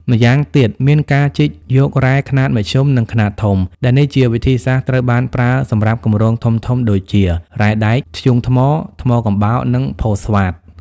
ម្យ៉ាងទៀតមានការជីកយករ៉ែខ្នាតមធ្យម និងខ្នាតធំ ដែលនេះជាវិធីសាស្ត្រត្រូវបានប្រើសម្រាប់គម្រោងធំៗដូចជា រ៉ែដែក ធ្យូងថ្ម ថ្មកំបោរ និងផូស្វាត។